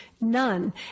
None